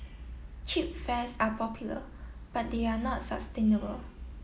cheap fares are popular but they are not sustainable